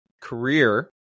career